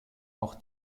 auch